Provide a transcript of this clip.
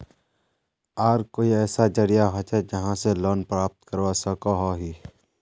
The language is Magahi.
आर कोई ऐसा जरिया होचे जहा से लोन प्राप्त करवा सकोहो ही?